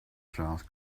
south